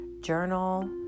Journal